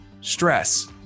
stress